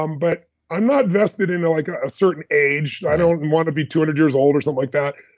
um but i'm not vested in it like a certain age. i don't want to be two hundred years old or something so like that.